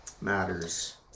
matters